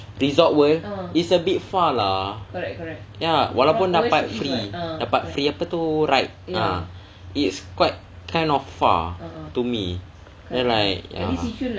resort world is a bit far lah ya walaupun dapat free dapat free apa tu ride ah it's quite kind of far to me right